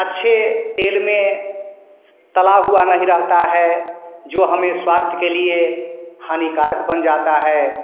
अच्छे तेल में तला हुआ नहीं रहता है जो हमें स्वास्थ्य के लिए हानिकारक बन जाता है